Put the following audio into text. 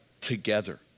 together